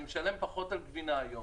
אני משלם פחות על גבינה היום,